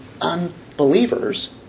unbelievers